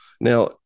Now